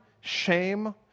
Shame